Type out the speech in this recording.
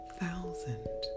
thousand